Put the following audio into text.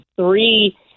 three